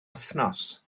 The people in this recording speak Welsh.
wythnos